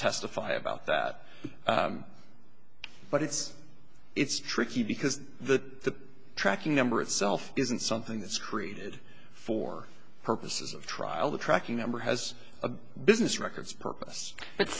testify about that but it's it's tricky because the tracking number itself isn't something that's created for purposes of trial the tracking number has a business records purpose but